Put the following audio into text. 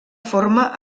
forma